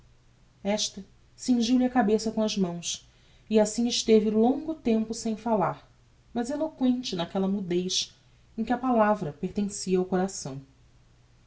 esta cingiu lhe a cabeça com as mãos e assim esteve longo tempo sem falar mas eloquente naquella mudez em que a palavra pertencia ao coração